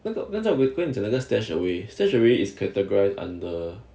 那个那个我跟你讲的 stashed away stashed away is categorized under